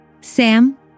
Sam